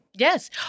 Yes